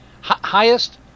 highest